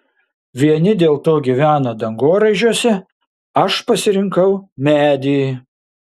vieni dėl to gyvena dangoraižiuose aš pasirinkau medį